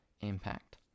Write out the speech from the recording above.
impact